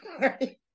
right